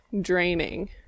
draining